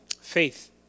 Faith